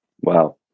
Wow